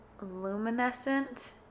luminescent